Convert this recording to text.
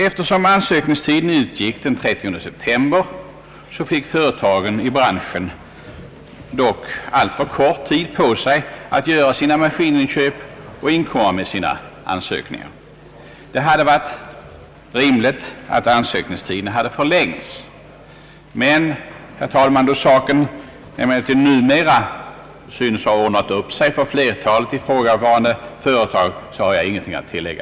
Eftersom ansökningstiden utgick den 30 september, fick företagen i bränsehen dock alltför kort tid på sig att. göra sina maskininköp och inkom :ma'med sina ansökningar. Det hade varit rimligt att ansökningstiden hade förlängts. : «Herr talman! Då saken emellertid numera synes ha: ordnat upp sig för flertalet ifrågavarande företag, har jag ingenting att tillägga.